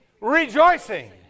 rejoicing